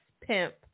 pimp